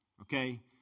okay